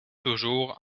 toujours